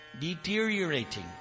Deteriorating